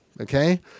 Okay